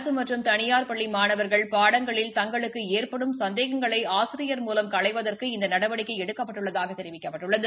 அரசு மற்றும் தனியார் பள்ளி மாணவர்கள் பாடங்களில் தங்களுக்கு ஏற்படும் சந்தேகங்களை ஆசிரியர் மூலம் களைவதற்கு இந்த நடவடிக்கை எடுக்கப்பட்டுள்ளதாக தெரிவிக்கப்பட்டுள்ளது